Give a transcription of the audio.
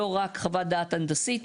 לא רק חוות דעת הנדסית,